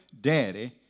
daddy